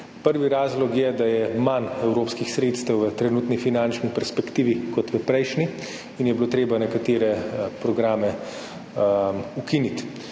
Prvi razlog je, da je manj evropskih sredstev v trenutni finančni perspektivi kot v prejšnji in je bilo treba nekatere programe ukiniti.